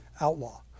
outlaw